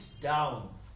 down